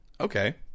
Okay